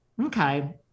okay